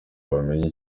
bamenye